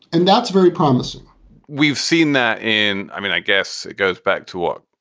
and that's very promising we've seen that. and i mean, i guess it goes back to what?